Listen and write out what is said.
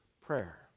prayer